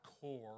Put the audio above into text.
core